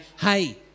hey